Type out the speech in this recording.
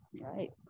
right